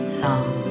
song